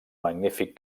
magnífic